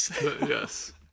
Yes